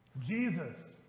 Jesus